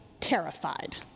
terrified